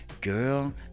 Girl